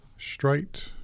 straight